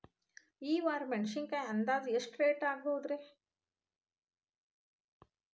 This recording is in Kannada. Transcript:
ಈ ವಾರ ಮೆಣಸಿನಕಾಯಿ ಅಂದಾಜ್ ಎಷ್ಟ ರೇಟ್ ಆಗಬಹುದ್ರೇ?